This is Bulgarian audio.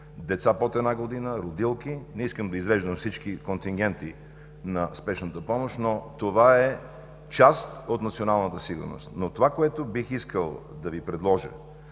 деца под една година, родилки. Не искам да изреждам всички контингенти на спешната помощ, но това е част от националната сигурност. Но това, което бих искал да Ви предложа